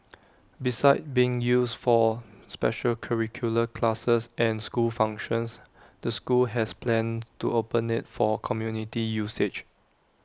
besides being used for special curricular classes and school functions the school has plans to open IT for community usage